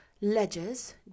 ledgers